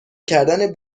کردن